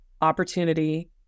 opportunity